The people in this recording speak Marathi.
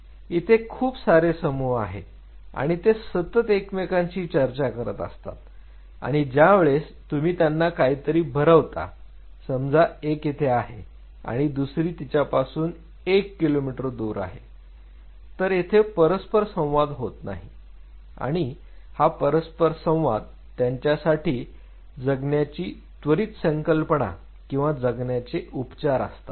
इथे खूप सारे समूह आहेत आणि ते सतत एकमेकांशी चर्चा करत असतात आणि ज्या वेळेस तुम्ही त्यांना काहीतरी भरवता समजा एक इथे आहे आणि दुसरी तिच्यापासून एक किलोमीटर दूर आहे तर येथे परस्पर संवाद होत नाही आणि हा परस्पर संवाद त्यांच्यासाठी जगण्याची त्वरित संकल्पना किंवा जगण्याचे उपचार असतात